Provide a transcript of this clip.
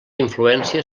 influència